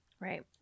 Right